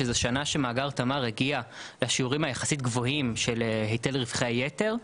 שזו שנה שמאגר תמר הגיע בה לשיעורים היחסית גבוהים של היטל רווחי היתר,